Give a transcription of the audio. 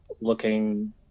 looking